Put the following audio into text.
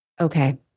Okay